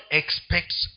expects